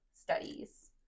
studies